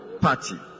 party